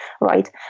right